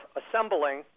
assembling